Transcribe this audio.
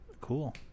cool